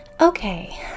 Okay